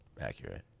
accurate